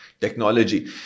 technology